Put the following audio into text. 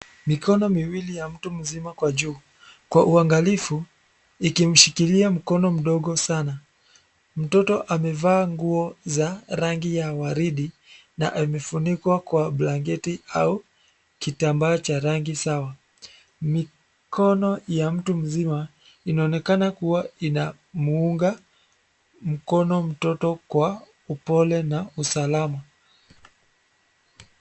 Mikono miwili ya mtu mzima kwa juu, kwa uangalifu, ikimshikilia mkono mdogo sana. Mtoto amevaa nguo za rangi ya waridi na amefunikwa kwa blanketi au kitambaa cha rangi sawa. Mikono ya mtu mzima inaonekana kuwa inamuunga mkono mtoto kwa upole na usalama.